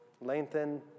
lengthen